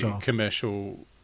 commercial